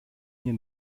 hier